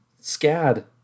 Scad